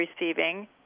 receiving